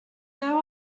there